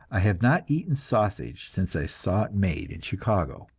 i have not eaten sausage since i saw it made in chicago.